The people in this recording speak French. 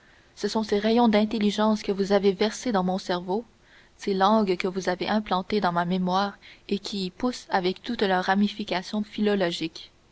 ce sont ces rayons d'intelligence que vous avez versés dans mon cerveau ces langues que vous avez implantées dans ma mémoire et qui y poussent avec toutes leurs ramifications philologiques